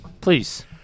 Please